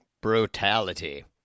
Brutality